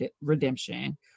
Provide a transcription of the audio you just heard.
redemption